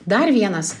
dar vienas